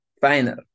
Final